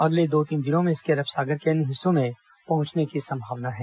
अगले दो तीन दिनों में इसके अरब सागर के अन्य हिस्सों में पहंचने के आसार हैं